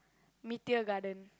Meteor Garden